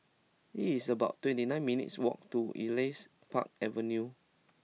It's about twenty nine minutes' walk to Elias Park Avenue